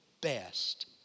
best